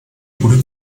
gute